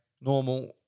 normal